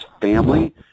family